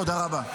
תודה רבה.